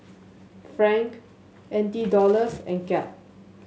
franc N T Dollars and Kyat